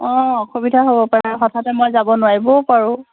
অঁ অসুবিধা হ'ব পাৰে হঠাতে মই যাব নোৱাৰিবও পাৰোঁ